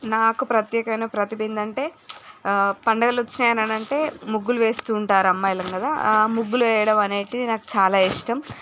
నాకు ప్రత్యేకమయిన ప్రతిభేంటంటే పండుగలొచ్చినాయనంటే ముగ్గులు వేస్తూ ఉంటారు అమ్మాయిలం కదా ఆ ముగ్గులు వేయడమనేటిది నాకు చాలా ఇష్టం